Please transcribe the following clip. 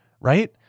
right